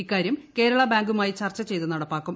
ഇക്കാരൃം കേരളബാങ്കുമായി ചർച്ച ചെയ്ത് നടപ്പാക്കും